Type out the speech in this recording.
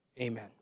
Amen